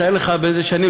תאר לך באיזה שנים,